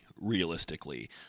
realistically